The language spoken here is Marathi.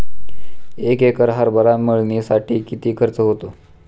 एक एकर हरभरा मळणीसाठी किती खर्च होतो?